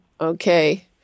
Okay